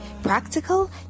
practical